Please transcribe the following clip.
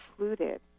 included